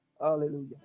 Hallelujah